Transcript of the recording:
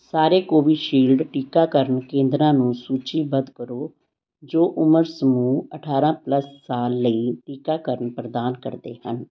ਸਾਰੇ ਕੋਵਿਸ਼ਿਲਡ ਟੀਕਾਕਰਨ ਕੇਂਦਰਾਂ ਨੂੰ ਸੂਚੀਬੱਧ ਕਰੋ ਜੋ ਉਮਰ ਸਮੂਹ ਅਠਾਰ੍ਹਾਂ ਪਲੱਸ ਸਾਲ ਲਈ ਟੀਕਾਕਰਨ ਪ੍ਰਦਾਨ ਕਰਦੇ ਹਨ